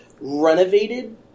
renovated